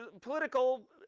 political